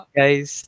guys